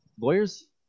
lawyers